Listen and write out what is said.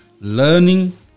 learning